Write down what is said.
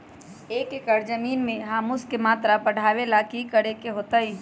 एक एकड़ जमीन में ह्यूमस के मात्रा बढ़ावे ला की करे के होतई?